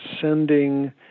sending